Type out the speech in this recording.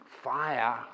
fire